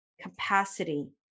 capacity